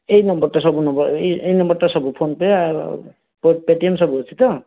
ଏଇ ନମ୍ବର ଟା ସବୁ ଫୋନ ପେ ଆଉ ପେଟିଏମ ସବୁ ଅଛି ତ